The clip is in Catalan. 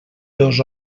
dos